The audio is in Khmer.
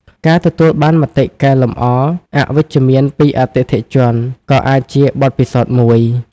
ការទទួលបានមតិកែលម្អអវិជ្ជមានពីអតិថិជនក៏អាចជាបទពិសោធន៍មួយ។